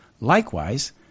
Likewise